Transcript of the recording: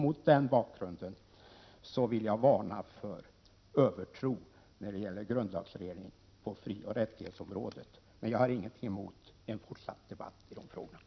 Mot denna bakgrund vill jag varna för övertro när det gäller grundlagsreglering på frioch rättighetsområdet. Men jag har ingenting emot en fortsatt debatt i dessa frågor.